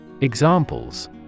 Examples